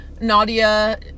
Nadia